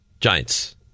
Giants